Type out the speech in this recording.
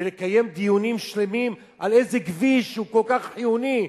ולקיים דיונים שלמים על איזה כביש שהוא כל כך חיוני,